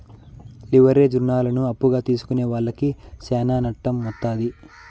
leverage రుణాలను అప్పుగా తీసుకునే వాళ్లకి శ్యానా నట్టం వత్తాది